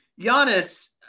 Giannis